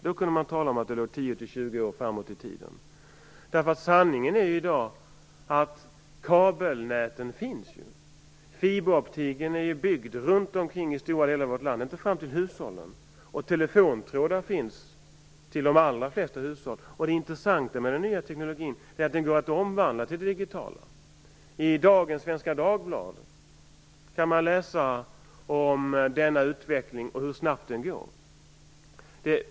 Då kunde man tala om att det låg Sanningen är att kabelnäten finns. Fiberoptiken är utbyggd i stora delar av vårt land fram till hushållen, och telefontrådar finns till de allra flesta hushåll. Det intressanta med den nya tekniken är att den går att omvandla till det digitala. I dagens Svenska Dagbladet kan man läsa om denna utvekling och hur snabbt den går.